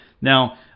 Now